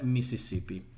Mississippi